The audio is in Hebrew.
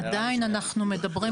עדיין אנחנו מדברים,